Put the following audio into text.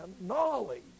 knowledge